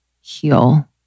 heal